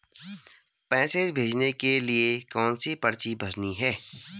पैसे भेजने के लिए कौनसी पर्ची भरनी है?